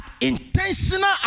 intentional